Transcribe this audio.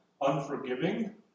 unforgiving